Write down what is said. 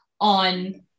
on